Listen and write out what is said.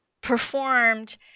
performed